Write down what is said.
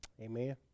Amen